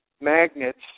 magnets